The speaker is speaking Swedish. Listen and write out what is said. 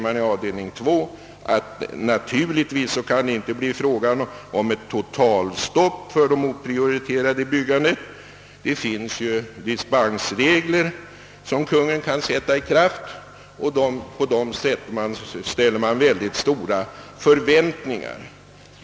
I den andra avdelningen säger man att det naturligtvis inte kan bli fråga om att införa totalstopp för allt oprioriterat byggande — det finns ju dispensregler som Kungl. Maj:t kan sätta i kraft, och på dem ställer man mycket stora förväntningar.